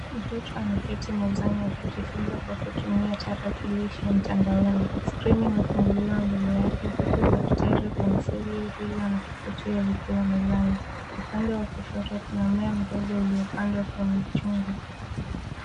Mtoto mezani akijifunza kwa kutumia tarakilishi mtandaoni. Skrini umefunguliwa mbele yake huku daftari, penseli, rula na kivutio vikiwa mezani. Upande wa kushoto kuna mmea mdogo uliopandwa kwenye chungu.